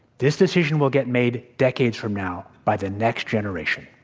this decision will get made decades from now by the next generation.